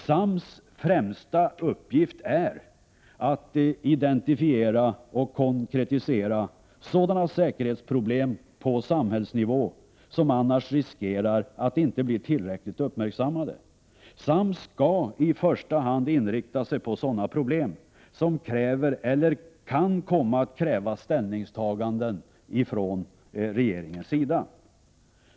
SAMS främsta uppgift är att identifiera och konkretisera sådana säkerhetsproblem på samhällsnivå som annars riskerar att inte bli tillräckligt uppmärksammade. SAMS skall i första hand inrikta sig på sådana problem som kräver eller kan komma att kräva ställningstaganden från regeringens sida.